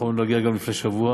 יכולנו להגיע אליה גם לפני שבוע,